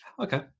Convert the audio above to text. Okay